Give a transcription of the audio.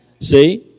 See